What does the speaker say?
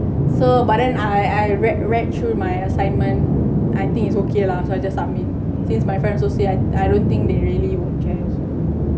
so but then I I read read through my assignment I think it's okay lah so I just submit since my friend so say I I don't think they really would care also